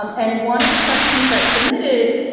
um and one of the questions that submitted